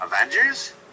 Avengers